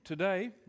Today